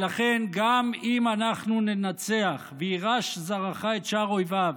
לכן, גם אם אנחנו ננצח, "וירש זרעך את שער איביו",